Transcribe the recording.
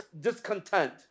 discontent